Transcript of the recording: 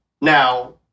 Now